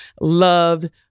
loved